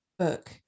Book